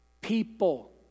People